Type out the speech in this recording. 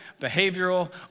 behavioral